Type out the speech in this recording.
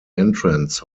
entrance